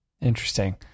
Interesting